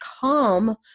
calm